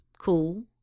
Cool